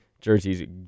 jerseys